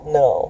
no